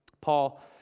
Paul